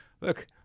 Look